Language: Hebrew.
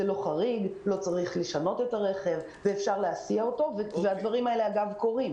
הדברים האלה קורים.